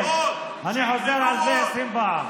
כן, אני חוזר על זה עשרים פעם.